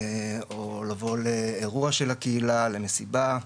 או לבוא לאירוע של הקהילה, למסיבה,